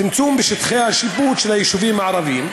צמצום שטחי השיפוט של היישובים הערביים,